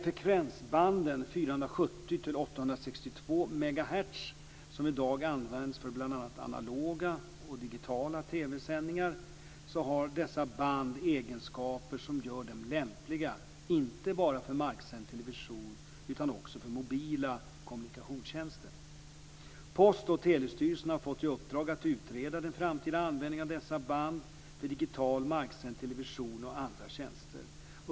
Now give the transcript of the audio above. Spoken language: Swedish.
Frekvensbanden 470-862 megahertz, som i dag används för bl.a. analoga och digitala TV-sändningar, har egenskaper som gör dem lämpliga inte bara för marksänd television utan också för mobila kommunikationstjänster. Post och telestyrelsen har fått i uppdrag att utreda den framtida användningen av dessa band för digital marksänd television och andra tjänster.